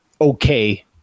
okay